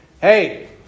hey